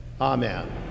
Amen